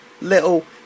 little